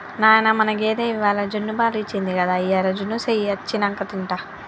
నాయనా మన గేదె ఇవ్వాల జున్నుపాలు ఇచ్చింది గదా ఇయ్యాల జున్ను సెయ్యి అచ్చినంక తింటా